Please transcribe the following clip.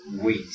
wait